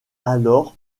alors